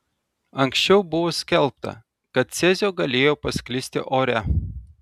anksčiau buvo skelbta kad cezio galėjo pasklisti ore